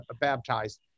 baptized